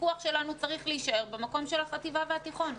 הוויכוח שלנו צריך להישאר במקום של החטיבה והתיכון.